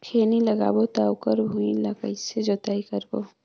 खैनी लगाबो ता ओकर भुईं ला कइसे जोताई करबो?